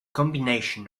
combination